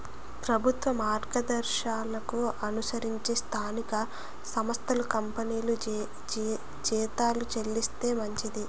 ప్రభుత్వ మార్గదర్శకాలను అనుసరించి స్థానిక సంస్థలు కంపెనీలు జీతాలు చెల్లిస్తే మంచిది